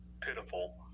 pitiful